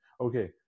okay